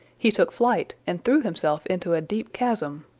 he took flight and threw himself into a deep chasm.